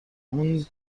اون